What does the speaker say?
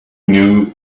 knew